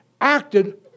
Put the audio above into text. acted